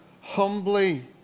humbly